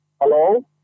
Hello